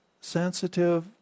sensitive